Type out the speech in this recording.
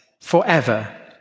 forever